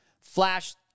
flash